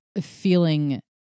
feeling